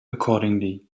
accordingly